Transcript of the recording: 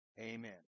amen